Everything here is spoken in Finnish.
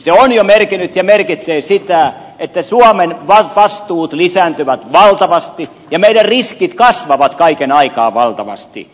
se on jo merkinnyt ja merkitsee sitä että suomen vastuut lisääntyvät valtavasti ja meidän riskimme kasvavat kaiken aikaa valtavasti